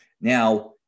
Now